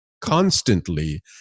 constantly